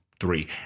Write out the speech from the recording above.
three